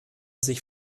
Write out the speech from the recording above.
sich